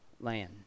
land